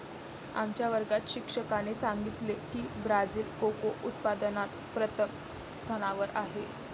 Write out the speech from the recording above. आमच्या वर्गात शिक्षकाने सांगितले की ब्राझील कोको उत्पादनात प्रथम स्थानावर आहे